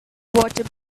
water